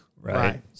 right